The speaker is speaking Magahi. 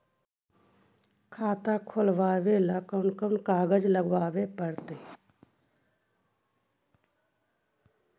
खाता खोलाबे ल कोन कोन कागज लाबे पड़तै?